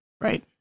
Right